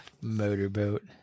Motorboat